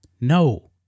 No